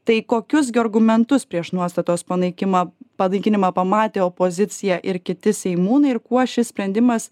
tai kokius gi argumentus prieš nuostatos panaikimą panaikinimą pamatė opozicija ir kiti seimūnai ir kuo šis sprendimas